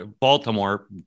Baltimore